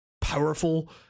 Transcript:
powerful